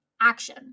action